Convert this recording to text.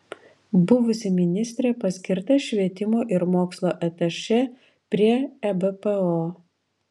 buvusi ministrė paskirta švietimo ir mokslo atašė prie ebpo